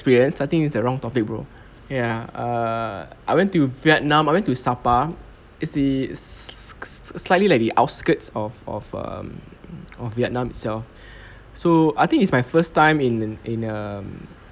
~perience I think it's the wrong topic bro ya err I went to vietnam I went to sapa it's the s~ slightly like the outskirts of of um of vietnam itself so I think it's my first time in in in um`